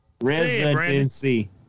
Residency